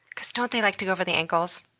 cuz don't they like to go over the ankles